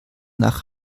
nach